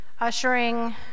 ushering